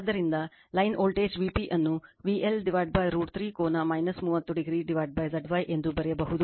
ಆದ್ದರಿಂದ line voltage Vp ಅನ್ನು VL√ 3 ಕೋನ 30oZy ಎಂದು ಬರೆಯಬಹುದು